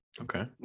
Okay